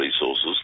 resources